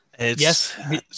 Yes